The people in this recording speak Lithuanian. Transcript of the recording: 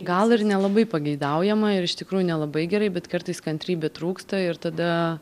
gal ir nelabai pageidaujama ir iš tikrųjų nelabai gerai bet kartais kantrybė trūksta ir tada